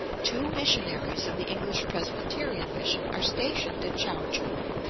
two missionaries of the english presbyterian mission are stationed at chao-choo.